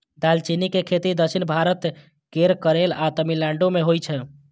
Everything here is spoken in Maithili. दालचीनी के खेती दक्षिण भारत केर केरल आ तमिलनाडु मे होइ छै